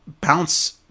bounce